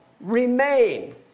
remain